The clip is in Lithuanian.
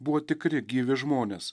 buvo tikri gyvi žmonės